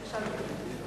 גברתי היושבת-ראש,